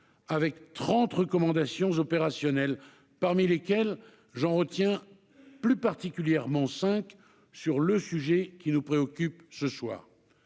avec trente recommandations opérationnelles, parmi lesquelles j'en retiens plus particulièrement cinq sur le sujet qui nous préoccupe :